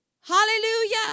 Hallelujah